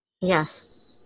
Yes